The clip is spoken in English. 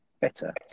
better